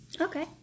Okay